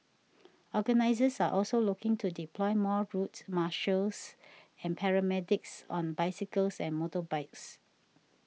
organisers are also looking to deploy more route marshals and paramedics on bicycles and motorbikes